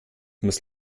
muss